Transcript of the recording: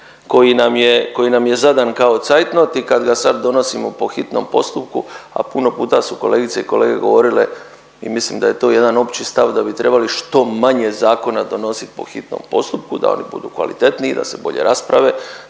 koji nam je zadan kao cajtnot i kad ga sad donosimo po hitnom postupku, a puno puta su kolegice i kolege govorile i mislim da je to jedan opći stav, da bi trebali što manje zakona donosit po hitnom postupku, da oni budu kvalitetniji, da se bolje rasprave,